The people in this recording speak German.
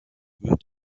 wird